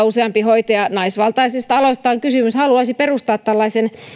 useampi hoitaja naisvaltaisista aloista on kysymys haluaisi perustaa tällaisen